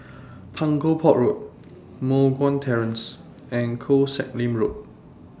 Punggol Port Road Moh Guan Terrace and Koh Sek Lim Road